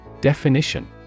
Definition